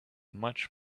much